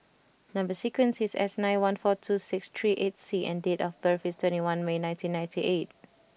number sequence is S nine one four two six three eight C and date of birth is twenty one May nineteen ninety eight